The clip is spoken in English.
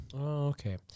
Okay